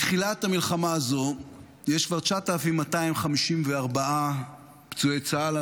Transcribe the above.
מתחילת המלחמה הזאת יש כבר 9,254 פצועי צה"ל.